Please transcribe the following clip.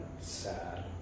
sad